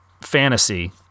fantasy